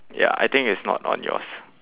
ya I think it's not on yours